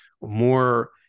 more